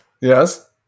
Yes